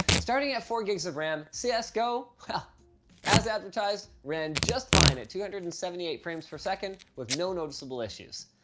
starting at four gigs of ram, cs go as advertised ran just fine at two hundred and seventy eight frames per second with no noticeable issues.